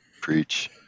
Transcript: preach